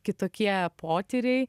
kitokie potyriai